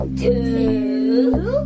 two